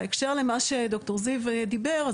בהקשר למה שד"ר זיו דיבר,